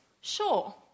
Sure